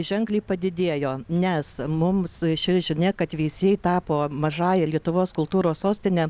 ženkliai padidėjo nes mums ši žinia kad veisiejai tapo mažąja lietuvos kultūros sostine